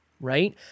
right